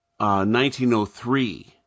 1903